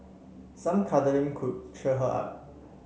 some cuddling could cheer her up